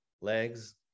legs